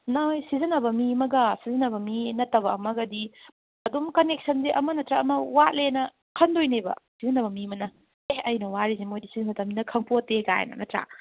ꯅꯣꯏ ꯁꯤꯖꯤꯟꯅꯕ ꯃꯤ ꯑꯃꯒ ꯁꯤꯖꯤꯟꯅꯕ ꯃꯤ ꯅꯠꯇꯕ ꯑꯃꯒꯗꯤ ꯑꯗꯨꯝ ꯀꯟꯅꯦꯛꯁꯟꯁꯦ ꯑꯃ ꯅꯠꯇ꯭ꯔꯒ ꯑꯃ ꯋꯥꯠꯂꯦꯅ ꯈꯟꯗꯣꯏꯅꯦꯕ ꯁꯤꯖꯤꯟꯅꯕ ꯃꯤ ꯑꯃꯅ ꯑꯦ ꯑꯩꯅ ꯋꯥꯔꯤꯁꯦ ꯃꯣꯏꯗꯤ ꯁꯤꯖꯤꯟꯅꯗꯕꯅꯤꯅ ꯈꯪꯄꯣꯇꯦ ꯀꯥꯏꯅ ꯅꯠꯇ꯭ꯔꯥ